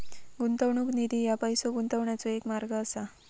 गुंतवणूक निधी ह्या पैसो गुंतवण्याचो एक मार्ग असा